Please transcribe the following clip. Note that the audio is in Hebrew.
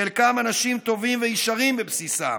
חלקם אנשים טובים וישרים בבסיסם,